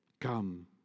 Come